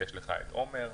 עומר,